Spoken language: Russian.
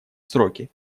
сроки